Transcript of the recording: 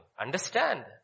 understand